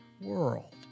world